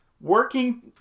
working